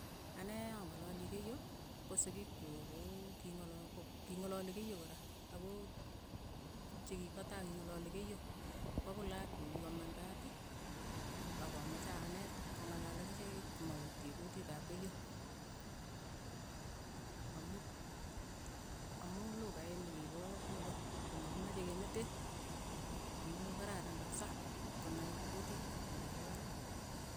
Anee ang'alali keiyo, ko sikiik chuuk ko ki ngala ki ngalaali keiyo kora, ako chekipo tai kingalali keiyo, ko akot lakok chuk ki ko mandaat, ak amache aneet kong'alal akichek ko mautyee kutit ap keiyo, amu- amu lukaini kipaa kuko, ko ma kimache kemetee. amuu kararan kapisa konai kutiit ni kipo kaa.